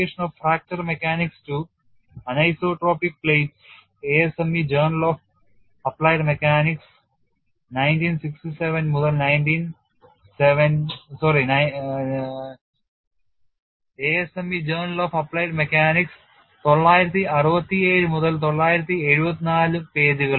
'Application of fracture mechanics to anisotropic plates' ASME journal of applied mechanics 967 മുതൽ 974 പേജുകളിൽ